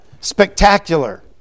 spectacular